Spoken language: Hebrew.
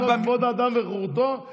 בחוק-יסוד: כבוד האדם וחירותו,